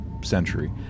century